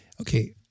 Okay